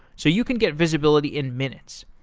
so you can get visibility in minutes.